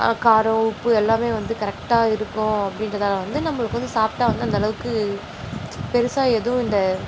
காரம் உப்பு எல்லாமே வந்து கரெக்டாக இருக்கும் அப்படின்றதால வந்து நம்மளுக்கு வந்து சாப்பிட்டா வந்து அந்தளவுக்கு பெருசாக எதுவும் இந்த